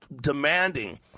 demanding